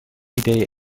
idee